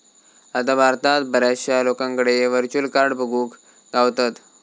आता भारतात बऱ्याचशा लोकांकडे व्हर्चुअल कार्ड बघुक गावतत